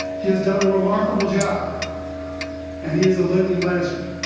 he has done a remarkable job and he is a living legend.